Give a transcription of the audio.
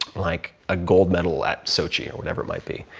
like a gold medal at sochi or whatever it might be,